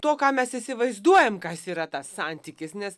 to ką mes įsivaizduojam kas yra tas santykis nes